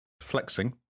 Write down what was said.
flexing